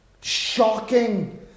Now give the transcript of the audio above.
Shocking